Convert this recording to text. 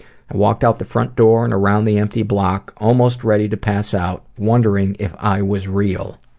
walked out the front door and around the empty block almost ready to pass out wondering if i was real.